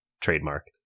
trademark